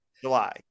July